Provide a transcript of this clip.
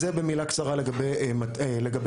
אז זה במילה קצרה לגבי האגף.